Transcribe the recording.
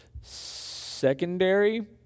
secondary